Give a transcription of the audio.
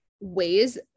ways